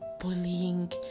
bullying